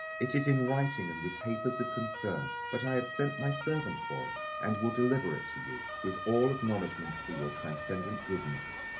it is in writing and with papers of concern but i have sent my servant for it, and will deliver it to you, with all acknowledgments for your transcendent goodness.